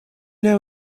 know